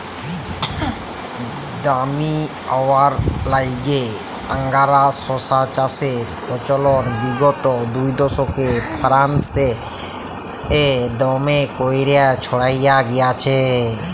দামি হউয়ার ল্যাইগে আংগারা শশা চাষের পচলল বিগত দুদশকে ফারাল্সে দমে ক্যইরে ছইড়ায় গেঁইলছে